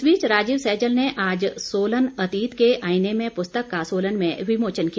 इस बीच राजीव सैजल ने आज सोलन अतीत के आईने में पुस्तक का सोलन में विमोचन किया